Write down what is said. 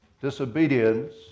Disobedience